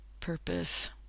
purpose